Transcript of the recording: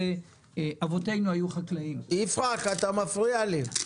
אבותינו היו חקלאים --- יפרח, אתה מפריע לי.